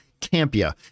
campia